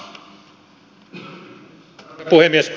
arvoisa puhemies